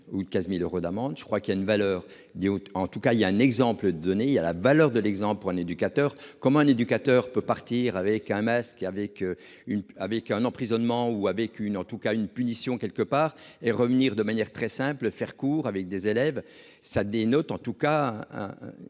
ou de 15.000 euros d'amende. Je crois qu'il y a une valeur idiote. En tout cas il y a un exemple donné il y a la valeur de l'exemple pour un éducateur comme un éducateur peut partir avec un masque avec une avec un emprisonnement ou avec une en tout cas une punition quelque part et revenir de manière très simple, faire cours avec des élèves, ça dénote, en tout cas.